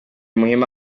muhima